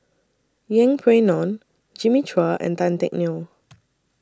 Yeng Pway Ngon Jimmy Chua and Tan Teck Neo